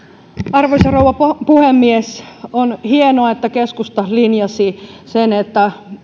arvoisa rouva puhemies on hienoa että keskusta linjasi että